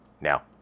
Now